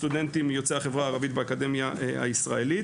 הסטודנטים יוצאי החברה הערבית באקדמיה הישראלית.